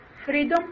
freedom